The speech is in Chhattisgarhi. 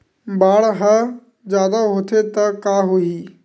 बाढ़ ह जादा होथे त का होही?